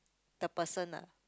the person lah